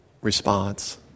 response